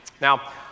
Now